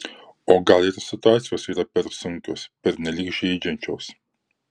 o gal ir situacijos yra per sunkios pernelyg žeidžiančios